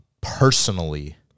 personally